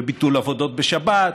ביטול עבודות בשבת,